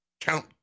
Count